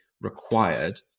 required